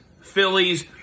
Phillies